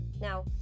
Now